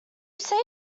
save